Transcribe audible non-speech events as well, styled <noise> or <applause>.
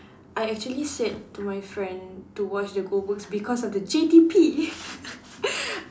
I actually said to my friend to watch the Goldbergs because of the J_T_P <laughs>